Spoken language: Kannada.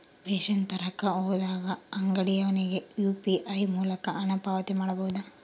ರೇಷನ್ ತರಕ ಹೋದಾಗ ಅಂಗಡಿಯವನಿಗೆ ಯು.ಪಿ.ಐ ಮೂಲಕ ಹಣ ಪಾವತಿ ಮಾಡಬಹುದಾ?